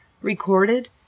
Recorded